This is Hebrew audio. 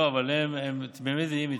אבל הם תמימי דעים איתך.